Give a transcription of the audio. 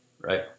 right